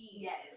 Yes